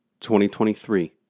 2023